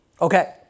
Okay